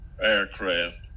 aircraft